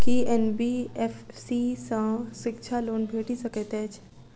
की NBFC सँ शिक्षा loan भेटि सकैत अछि?